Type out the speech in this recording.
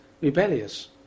rebellious